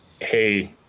hey